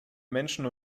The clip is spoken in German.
menschen